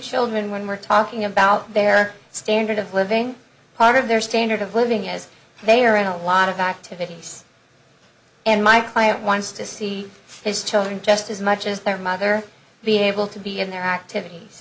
children when we're talking about their standard of living part of their standard of living as they are in a lot of activities and my client wants to see his children just as much as their mother be able to be in their activities